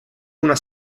una